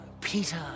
Peter